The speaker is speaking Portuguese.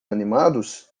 animados